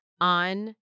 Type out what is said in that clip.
on